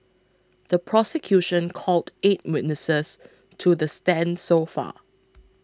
the prosecution called eight witnesses to the stand so far